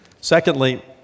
Secondly